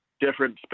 different